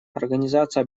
организация